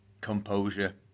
composure